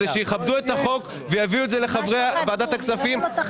שיכבדו את החוק ויביאו את זה לחברי ועדת הכספים.